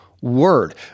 word